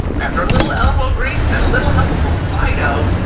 after a little elbow grease and a little help from fido,